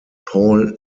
paul